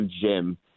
gym